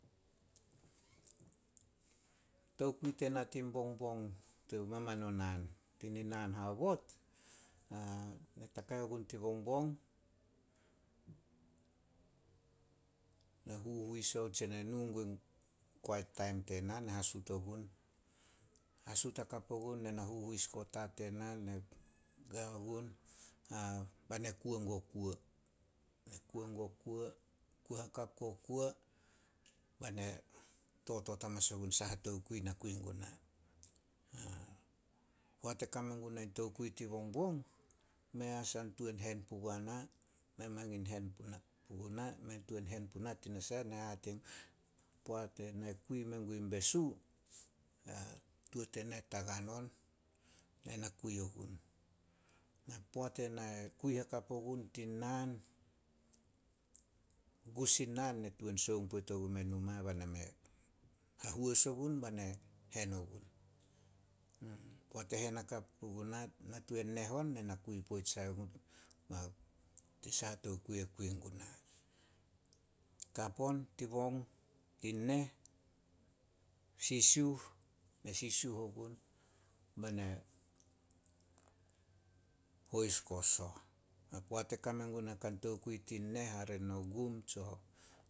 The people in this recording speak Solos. Tokui tena tin bongbong, to maman o naan, tina naan aobot. Ne takai ogun tin bongbong, ne huhuis ogun tse na kame gun quite taim tena, na hasut ogun, hasut hakap ogun, ne na huis guo ta tena, nao gun bena kuo guo kuo. Kuo hakap guo kuo bai na totot hamanas ogun saha tokui na kui guna. Poat e kame guana tokui tin bongbong, mei asah tuan hen puguana, tanasah ne nate hate gun, poat ena kui mengun besu, tuo tena tagan on. Ne na kui ogun. Poat ena kui hakap ogun tin naan, gus in naan, ne tuan sioung poit ogumeh numa bena hahois ogun bena hen ogun. Poat e hen hakap puguna, natu neh on, na nakui poit sai gun tin saha tokui ke kui guna. Kap on, tin neh, sisiuh- sisiuh ogun bena hois guo soh. Ba poat e kame guana kan tokui tin neh hare no gum tso